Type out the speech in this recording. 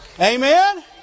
Amen